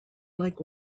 like